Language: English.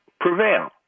prevail